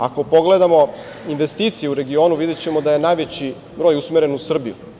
Ako pogledamo investicije u regionu videćemo da je najveći broj usmeren u Srbiju.